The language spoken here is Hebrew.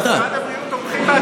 במשרד הבריאות תומכים בהצעה הזאת.